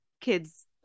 kids